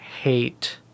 hate